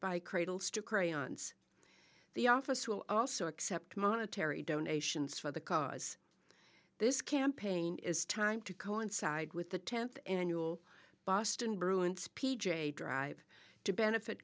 by cradles to crayons the office will also accept monetary donations for the cause this campaign is time to coincide with the tenth annual boston bruins p j drive to benefit